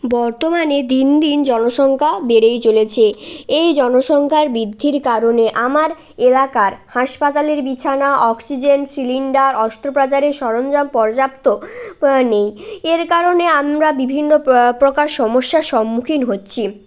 বর্তমানে দিন দিন জনসংক্যা বেড়েই চলেছে এই জনসংখ্যার বৃদ্ধির কারণে আমার এলাকার হাসপাতালের বিছানা অক্সিজেন সিলিন্ডার অস্ত্রোপচারের সরঞ্জাম পর্যাপ্ত নেই এর কারণে আমরা বিভিন্ন প্রকার সমস্যার সম্মুখীন হচ্ছি